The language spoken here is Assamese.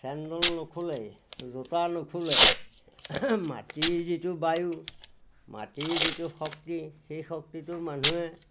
চেণ্ডেল নুখুলে জোতা নুখুলেই মাটিৰ যিটো বায়ু মাটিৰ যিটো শক্তি সেই শক্তিটো মানুহে